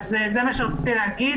אז זה מה שרציתי להגיד,